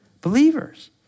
Believers